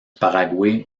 paraguay